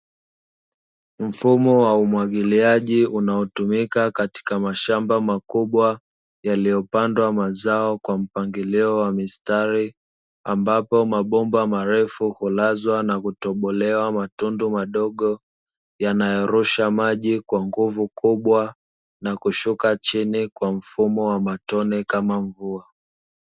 Mfumo wa umwagiliaji unaotumika katika mashamba makubwa yaliyopandwa mazao kwa mpangilio wa mistari, ambapo mabomba marefu hulazwa na kutobolewa matundu madogo yanayorusha maji kwa nguvu kubwa na kushuka chini kwa mfumo wa matone kama mvua.